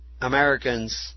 Americans